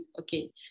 okay